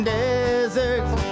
deserts